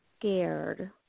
scared